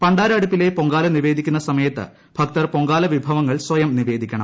പണ്ടാര അടുപ്പിലെ പൊങ്കാല നിവേദിക്കുന്ന സമയത്ത് ഭക്തർ പൊങ്കാല വിഭവങ്ങൾ സ്വയം നിവേദിക്കണം